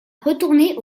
retourner